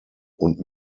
und